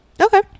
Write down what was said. Okay